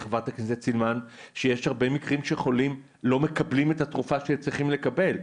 מקרים שחולים לא מקבלים את התרופה שהם צריכים לקבל.